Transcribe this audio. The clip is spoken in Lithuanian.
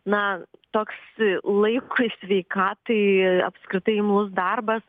na toks laikui sveikatai apskritai imlus darbas